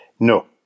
No